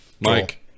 Mike